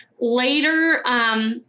Later